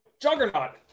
Juggernaut